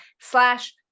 slash